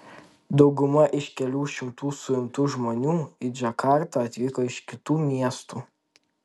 dauguma iš kelių šimtų suimtų žmonių į džakartą atvyko iš kitų miestų